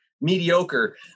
mediocre